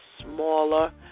smaller